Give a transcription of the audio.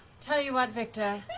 tell you what, victor.